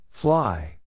Fly